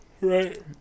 Right